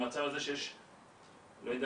אומרת